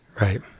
right